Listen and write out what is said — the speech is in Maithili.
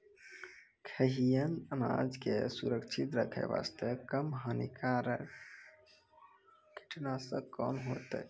खैहियन अनाज के सुरक्षित रखे बास्ते, कम हानिकर कीटनासक कोंन होइतै?